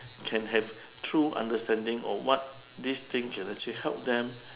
can have true understanding on what this thing can actually help them